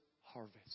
harvest